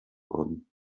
worden